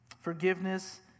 Forgiveness